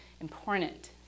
important